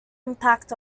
impact